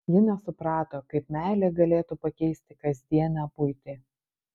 ji nesuprato kaip meilė galėtų pakeisti kasdienę buitį